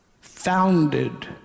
founded